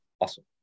awesome